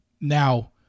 now